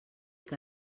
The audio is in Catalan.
que